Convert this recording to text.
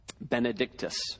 benedictus